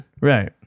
right